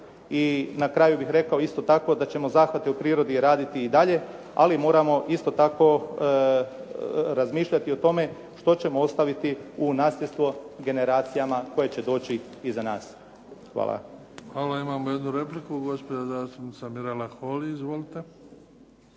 I na kraju bih rekao isto tako, da ćemo zahvate u prirodi raditi i dalje, ali moramo isto tako razmišljati o tome što ćemo ostaviti u nasljedstvo generacijama koje će doći iza nas. Hvala. **Bebić, Luka (HDZ)** Hvala. Imamo jednu repliku. Gospođa zastupnica Mirela Holly. Izvolite.